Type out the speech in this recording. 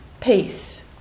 peace